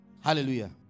Hallelujah